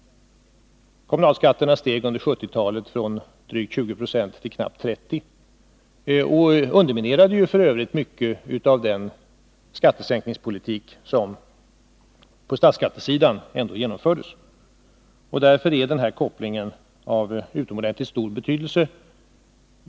Kommunalskatterna steg under 1970-talet från drygt 20 2 till knappt 30. Detta underminerade f. ö. mycket av den statliga skattesänkningspolitik 35 som ändå genomfördes. Därför är denna koppling av utomordentligt stor betydelse.